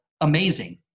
amazing